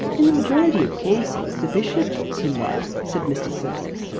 in the majority of cases the bishop puts him there, said mr. surtees.